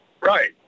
Right